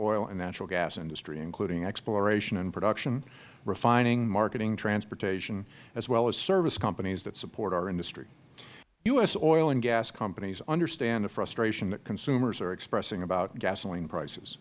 oil and natural gas industry including exploration and production refining marketing transportation as well as service companies that support our industry u s oil and gas companies understand the frustration that consumers are expressing about gasoline prices